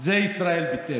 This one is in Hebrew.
זאת ישראל ביתנו.